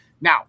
Now